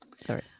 sorry